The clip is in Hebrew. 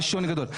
יש עומס גדול.